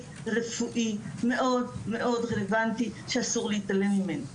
רפואי מאוד מאוד רלוונטי שאסור להתעלם ממנו,